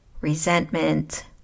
resentment